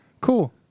Cool